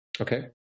Okay